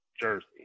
jersey